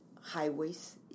highways